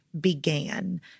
began